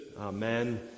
Amen